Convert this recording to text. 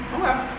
Okay